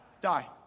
die